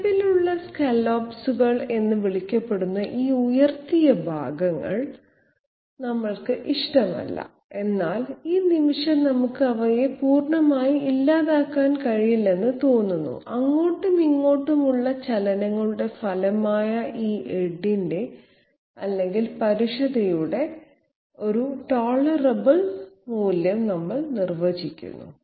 നിലവിലുള്ള സ്കല്ലോപ്പുകൾ എന്ന് വിളിക്കപ്പെടുന്ന ഈ ഉയർത്തിയ ഭാഗങ്ങൾ നമ്മൾക്ക് ഇഷ്ടമല്ല എന്നാൽ ഈ നിമിഷം നമുക്ക് അവയെ പൂർണ്ണമായും ഇല്ലാതാക്കാൻ കഴിയില്ലെന്ന് തോന്നുന്നു അങ്ങോട്ടും ഇങ്ങോട്ടും ഉള്ള ചലനങ്ങളുടെ ഫലമായ ഈ എഡ്ജിന്റെ അല്ലെങ്കിൽ പരുഷതയുടെ ഒരു ടോളറബിൾ മൂല്യം നമ്മൾ നിർവചിക്കുന്നു